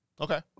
Okay